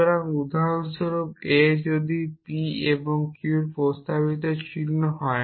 সুতরাং উদাহরণস্বরূপ a যদি p এবং q প্রস্তাবিত চিহ্ন হয়